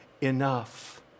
enough